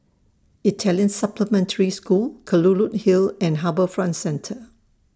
Italian Supplementary School Kelulut Hill and HarbourFront Centre